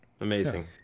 Amazing